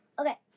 Okay